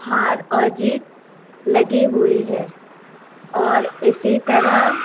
ہار اور جیت لگی ہوئی ہے اور اسی طرح